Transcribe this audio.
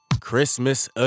christmas